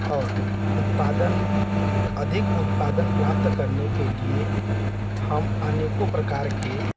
और उत्पादन अधिक उत्पादन प्राप्त करने के लिए हम अनेकों प्रकार के